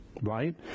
right